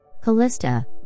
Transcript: Callista